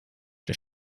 der